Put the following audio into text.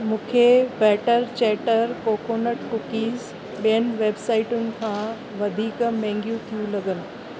मूंखे batter chatter coconut cookies ॿियुनि वेबसाइटुनि खां वधीक महांगियूं थियूं लॻनि